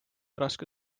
raske